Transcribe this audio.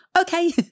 okay